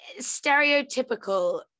stereotypical